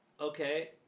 Okay